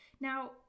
Now